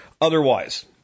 Otherwise